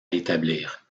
établir